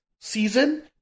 season